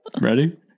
Ready